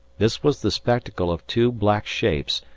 this was the spectacle of two black shapes,